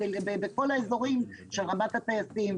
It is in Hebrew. בכל האזורים של רמת הטייסים.